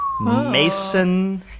Mason